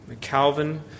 Calvin